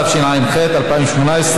התשע"ח 2018,